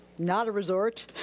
not a resort,